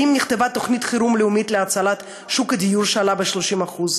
האם נכתבה תוכנית חירום לאומית להצלת שוק הדיור שעלה ב-30%?